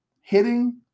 hitting